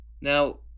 Now